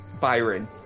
Byron